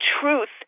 truth